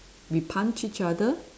we punch each other